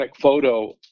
photo